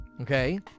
okay